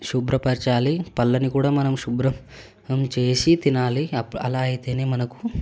శుభ్రపరచాలి పళ్ళని కూడా మనం శుభ్రం చేసి తినాలి అలా అయితేనే మనకు